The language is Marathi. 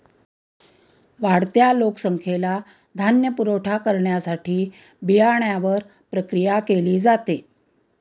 वाढत्या लोकसंख्येला धान्य पुरवठा करण्यासाठी बियाण्यांवर प्रक्रिया केली जाते